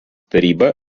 taryba